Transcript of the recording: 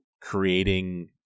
creating